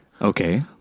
Okay